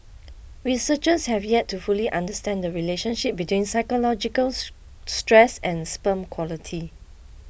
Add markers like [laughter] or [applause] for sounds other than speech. researchers have yet to fully understand the relationship between psychological [unintelligible] stress and sperm quality